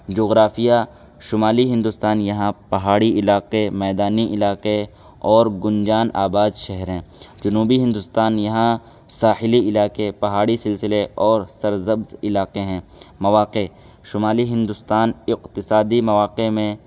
جغرافیہ شمالی ہندوستان یہاں پہاڑی علاقے میدانی علاقے اور گنجان آباد شہر ہیں جنوبی ہندوستان یہاں ساحلی علاقے پہاڑی سلسلے اور سرسبز علاقے ہیں مواقع شمالی ہندوستان اقتصادی مواقع میں